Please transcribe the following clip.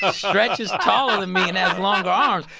ah stretch is taller than me and has longer arms,